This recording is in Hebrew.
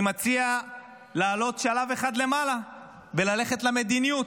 אני מציע לעלות שלב אחד למעלה וללכת למדיניות,